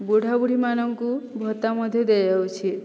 ବୁଢ଼ାବୁଢ଼ୀମାନଙ୍କୁ ଭତ୍ତା ମଧ୍ୟ ଦିଆଯାଉଛି